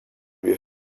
wir